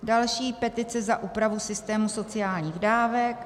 Další, petice za úpravu systému sociálních dávek.